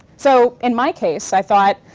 so in my case, i thought,